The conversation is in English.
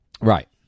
Right